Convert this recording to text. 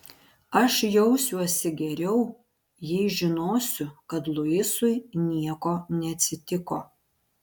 aš jausiuosi geriau jei žinosiu kad luisui nieko neatsitiko